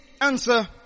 answer